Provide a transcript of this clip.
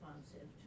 responsive